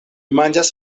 manĝas